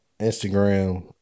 instagram